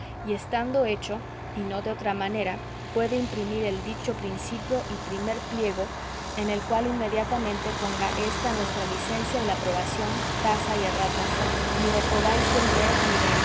y estando hecho y no de otra manera pueda imprimir el dicho principio y primer pliego en el cual imediatamente ponga esta nuestra licencia y la aprobación tasa y erratas ni lo podáis vender ni